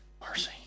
Mercy